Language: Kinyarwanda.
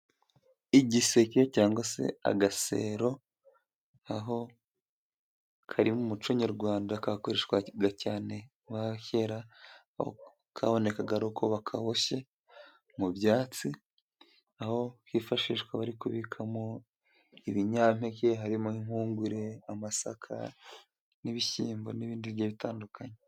Igiseke cyangwa se agasero aho kari mu muco nyarwanda kakoreshwaga cyane n'abakera, kabonekaga ari uko bakaboshye mu byatsi, aho kifashishwa bari kubikamo ibinyampeke harimo: impungure, amasaka ,n'ibishyimbo n'ibindi bigiye bitandukanye.